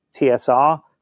TSR